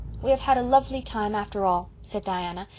we have had a lovely time after all, said diana,